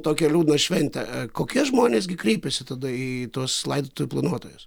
tokią liūdną šventę kokie žmonės gi kreipiasi tada į tuos laidotuvių planuotojus